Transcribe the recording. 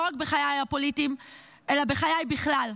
לא רק בחיי הפוליטיים אלא בחיי בכלל.